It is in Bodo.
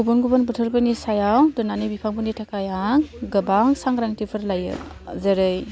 गुबुन गुबुन बोथोरफोरनि सायाव दोन्नानै बिफांफोरनि थाखाय आं गोबां सांग्रांथिफोर लायो जेरै